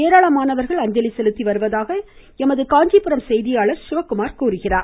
ஏராளமானோர் அஞ்சலி செலுத்தி வருவதாக எமது செய்தியாளர் சிவக்குமார் தெரிவிக்கிறார்